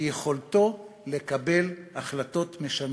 הוא יכולתו לקבל החלטות משנות-מציאות,